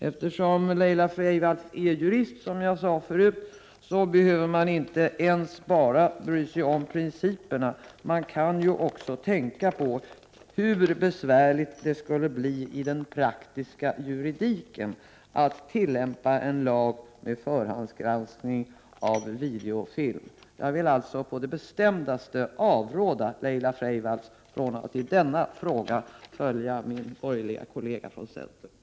Eftersom Laila Freivalds är jurist, som jag nyss sade, behöver hon inte ens bry sig om principer utan kan tänka ut hur besvärligt det skulle bli i den praktiska juridiken att tillämpa en lag med förhandsgranskning av videofilmer. Jag vill alltså på det bestämdaste avråda Laila Freivalds från att i denna fråga följa min borgerliga kollega från centern.